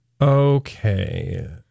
Okay